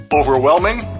Overwhelming